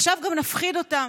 עכשיו גם נפחיד אותם,